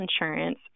insurance